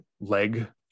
leg